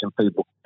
people